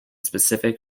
specific